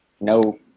no